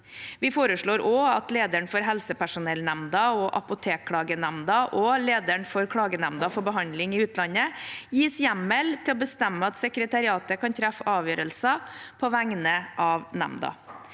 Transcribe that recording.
Vi foreslår også at lederen for Helsepersonellnemnda og Apotekklagenemnda og lederen for Klagenemnda for behandling i utlandet gis hjemmel til å bestemme at sekretariatet kan treffe avgjørelser på vegne av nemnda.